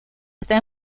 está